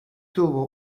tuvo